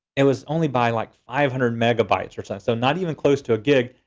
it was only by like five hundred megabytes or so, so not even close to a gig.